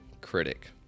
critic